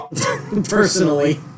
Personally